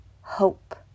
hope